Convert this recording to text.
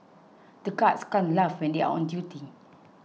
the guards can't laugh when they are on duty